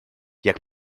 jak